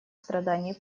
страданий